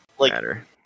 matter